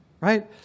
right